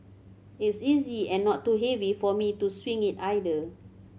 it's easy and not too heavy for me to swing it either